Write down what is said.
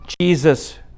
Jesus